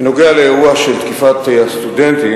בנוגע לאירוע של תקיפת הסטודנטים,